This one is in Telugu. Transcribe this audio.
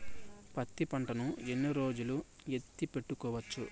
పత్తి పంటను ఎన్ని రోజులు ఎత్తి పెట్టుకోవచ్చు?